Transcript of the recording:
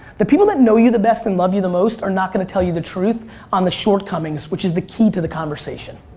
the people that know you the best and love you the most are not going to tell you this truth on the shortcomings which is the key to the conversation.